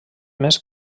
més